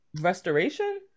Restoration